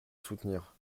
soutenir